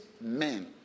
men